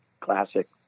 classic